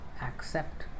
Accept